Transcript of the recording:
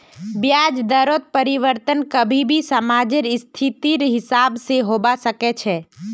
ब्याज दरत परिवर्तन कभी भी समाजेर स्थितिर हिसाब से होबा सके छे